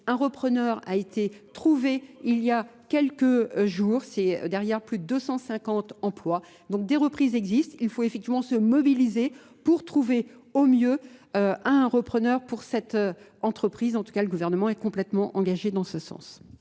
un repreneur a été trouvé il y a quelques jours. C'est derrière plus de 250 emplois. Donc des reprises existent. Il faut effectivement se mobiliser pour trouver au mieux un repreneur pour cette entreprise. En tout cas, le gouvernement est complètement engagé dans ce sens.